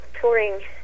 touring